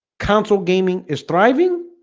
console gaming is thriving